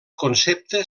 concepte